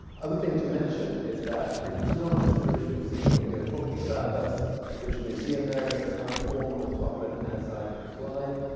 other thing to mention is that it's not just the british museum we are talking about. that's the british museum there in its current form, on the top left-hand side of the slide.